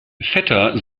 vetter